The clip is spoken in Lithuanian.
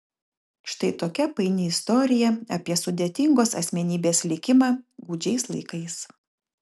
štai tokia paini istorija apie sudėtingos asmenybės likimą gūdžiais laikais